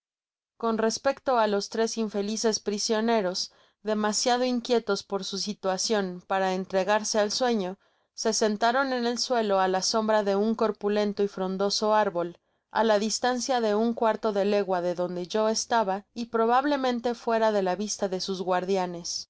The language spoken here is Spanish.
con respecto á los tres infelices prisioneros demasiado inquietos por su situacion para entregarse al sueño se sentaron en el suelo á la sombra de un corpulento y frondoso árbol á la distancia de un cuarto de legua de donde yo estaba y probablemente fuera de la vista desus guardianes